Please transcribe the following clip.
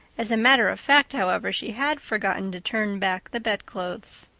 as a matter of fact, however, she had forgotten to turn back the bedclothes.